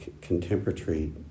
contemporary